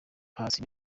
passy